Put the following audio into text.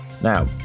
now